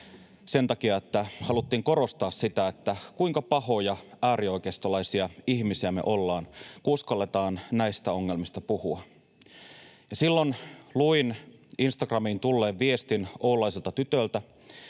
sen takia, että haluttiin korostaa sitä, kuinka pahoja äärioikeistolaisia ihmisiä me ollaan, kun uskalletaan näistä ongelmista puhua. Silloin luin Instagramiin oululaiselta tytöltä